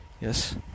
Yes